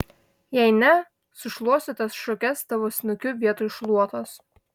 jei ne sušluosiu tas šukes tavo snukiu vietoj šluotos